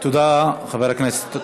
תודה, חבר הכנסת.